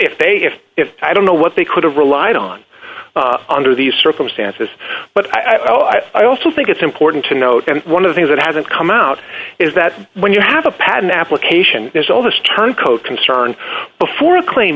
if they if if i don't know what they could have relied on under these circumstances but i'll i also think it's important to note and one of the things that hasn't come out is that when you have a patent application there's all this turncoat concern before a claim